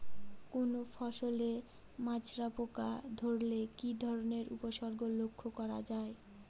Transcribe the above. কোনো ফসলে মাজরা পোকা ধরলে কি ধরণের উপসর্গ লক্ষ্য করা যায়?